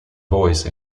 voice